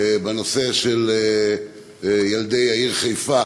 בנושא של ילדי העיר חיפה,